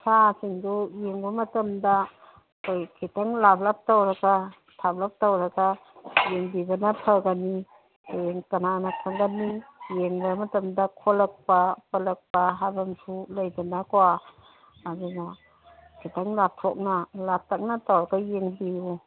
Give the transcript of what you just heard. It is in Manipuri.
ꯁꯥꯁꯤꯡꯗꯨ ꯌꯦꯡꯕ ꯃꯇꯝꯗ ꯑꯩꯈꯣꯏ ꯈꯤꯇꯪ ꯂꯥꯞꯂꯛ ꯇꯧꯔꯒ ꯊꯥꯞꯂꯞ ꯇꯧꯔꯒ ꯌꯦꯡꯕꯤꯕꯅ ꯐꯒꯅꯤ ꯍꯌꯦꯡ ꯀꯅꯥꯅ ꯈꯪꯒꯅꯤ ꯌꯦꯡꯕ ꯃꯇꯝꯗ ꯈꯣꯠꯂꯛꯄ ꯄꯜꯂꯛꯄ ꯍꯥꯏꯕ ꯑꯃꯁꯨ ꯂꯩꯗꯅꯀꯣ ꯑꯗꯨꯅ ꯈꯤꯇꯪ ꯂꯥꯞꯊꯣꯛꯅ ꯂꯥꯛꯇꯛꯅ ꯇꯧꯔꯒ ꯌꯦꯡꯕꯤꯎ